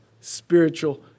spiritual